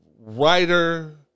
writer